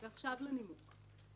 ועכשיו לנימוק.